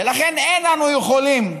ולכן, אין אנו יכולים,